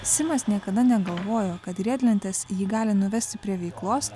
simas niekada negalvojo kad riedlentės jį gali nuvesti prie veiklos